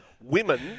women